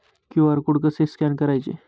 QR code कसे scan करायचे?